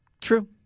True